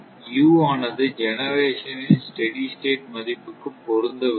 U ஆனது ஜெனெரசனின் steady state மதிப்புக்கு பொருந்த வேண்டும்